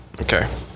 Okay